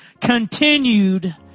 Continued